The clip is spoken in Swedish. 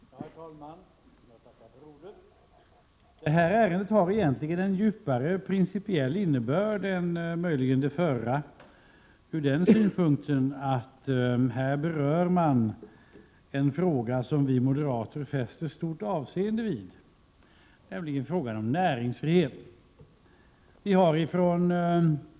Herr talman! Det här ärendet har möjligen en djupare principiell innebörd än det förra från den synpunkten att man här berör en fråga som vi moderater fäster stort avseende vid, nämligen näringsfriheten.